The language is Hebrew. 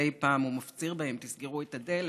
מדי פעם הוא מפציר בהם: תסגרו את הדלת.